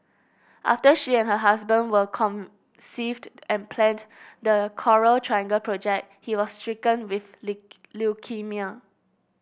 after she and her husband were conceived and planned the Coral Triangle project he was stricken with leukaemia